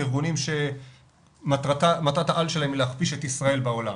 ארגונים שמטרת העל שלהם היא להכפיש את ישראל בעולם.